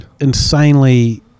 insanely